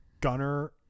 Gunner